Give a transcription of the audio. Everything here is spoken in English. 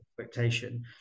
expectation